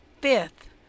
fifth